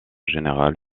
générale